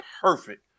perfect